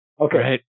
Okay